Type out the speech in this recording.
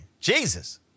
Jesus